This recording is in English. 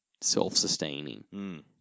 self-sustaining